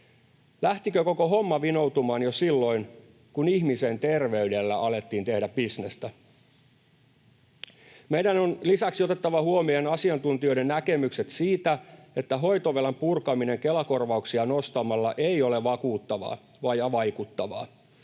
Lähtikö koko homma vinoutumaan jo silloin, kun ihmisen terveydellä alettiin tehdä bisnestä? Meidän on lisäksi otettava huomioon asiantuntijoiden näkemykset siitä, että hoitovelan purkaminen Kela-korvauksia nostamalla ei ole vaikuttavaa. Alan koulutusta